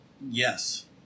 Yes